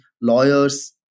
lawyers